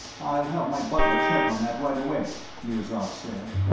i'll have my butler check on that, right away, nirzav said.